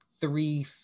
three